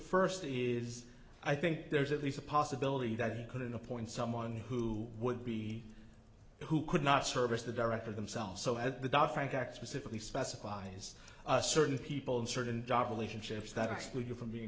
first is i think there's at least a possibility that he couldn't appoint someone who would be who could not service the director themselves so at the dock frank act specifically specifies certain people in certain jobs relationships that exclude you from being